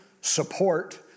support